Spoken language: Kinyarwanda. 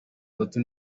tatu